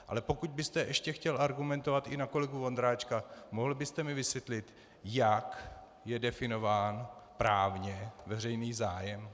Ale pokud byste ještě chtěl argumentovat i na kolegu Vondráčka, mohl byste mi vysvětlit, jak je definován právně veřejný zájem?